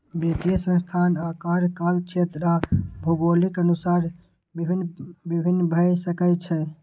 वित्तीय संस्थान आकार, कार्यक्षेत्र आ भूगोलक अनुसार भिन्न भिन्न भए सकै छै